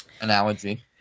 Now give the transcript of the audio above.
analogy